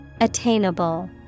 Attainable